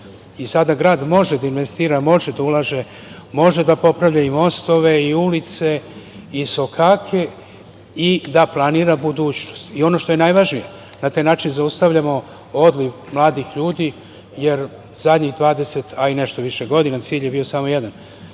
bilo. Sada grad može da investira, može da ulaže, može da popravlja mostove, ulice i sokake i da planira budućnost. I, ono što je najvažnije, na taj način zaustavljamo odliv mladih ljudi, jer zadnjih 20, a i nešto više godina cilj je bio samo jedan,